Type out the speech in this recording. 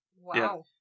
Wow